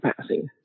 passing